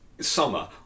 summer